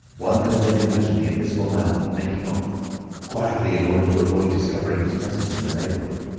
one can then imagine the invisible man making off quietly in order to avoid discovering his presence in the neighbourhood,